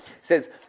says